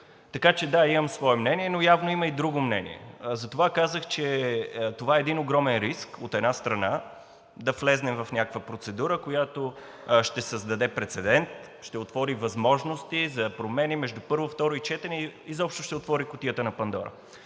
така че – да, имам свое мнение, но явно има и друго мнение. Затова казах, че това е един огромен риск, от една страна, да влезем в някаква процедура, която ще създаде прецедент, ще отвори възможности за промени между първо и второ четене и изобщо ще отвори кутията на Пандора.